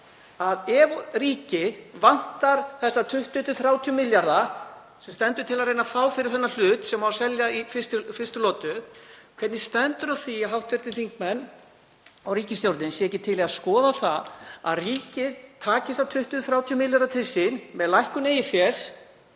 ef ríkið vantar þessa 20–30 milljarða sem stendur til að reyna að fá fyrir þennan hlut sem á að selja í fyrstu lotu. Hvernig stendur á því að hv. þingmenn og ríkisstjórnin eru ekki til í að skoða að ríkið taki þessa 20–30 milljarða til sín með lækkun